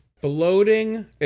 Floating